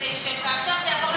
כדי שכאשר זה יעבור,